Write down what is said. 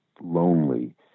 lonely